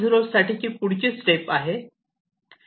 0 साठी पुढची स्टेप आहे